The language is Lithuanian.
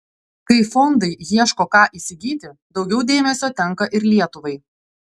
kai fondai ieško ką įsigyti daugiau dėmesio tenka ir lietuvai